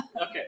okay